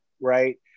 right